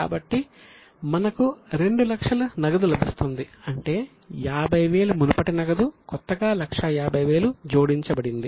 కాబట్టి మనకు 200000 నగదు లభిస్తుంది అంటే 50000 మునుపటి నగదు కొత్తగా 150000 జోడించబడింది